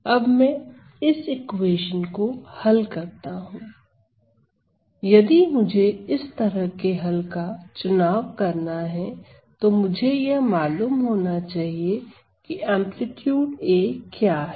अब मैं इस इक्वेशन को हल करता हूं यदि मुझे इस तरह के हल का चुनाव करना है तो मुझे यह मालूम होना चाहिए की एंप्लीट्यूड A क्या है